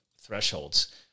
thresholds